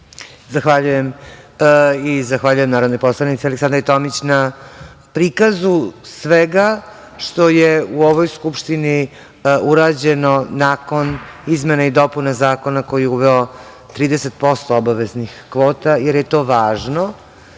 Zahvaljujem i zahvaljujem narodnoj poslanici Aleksandri Tomić na prikazu svega što je u ovoj Skupštini urađeno nakon izmene i dopune zakona koji je uveo 30% obaveznih kvota, jer je to važno